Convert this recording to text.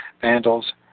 Vandals